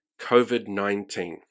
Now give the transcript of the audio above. COVID-19